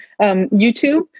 YouTube